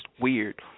weird